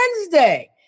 Wednesday